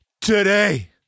today